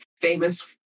famous